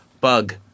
Bug